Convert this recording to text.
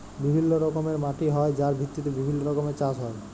বিভিল্য রকমের মাটি হ্যয় যার ভিত্তিতে বিভিল্য রকমের চাস হ্য়য়